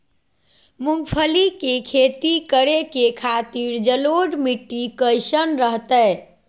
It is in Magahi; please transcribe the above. मूंगफली के खेती करें के खातिर जलोढ़ मिट्टी कईसन रहतय?